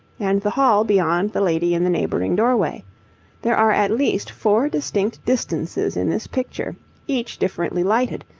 and the hall beyond the lady in the neighbouring doorway there are at least four distinct distances in this picture each differently lighted,